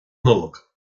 nollag